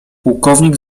pułkownik